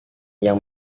yang